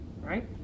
Right